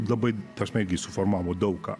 labai dažnai suformavo daug ką